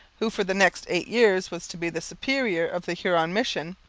who for the next eight years was to be the superior of the huron mission,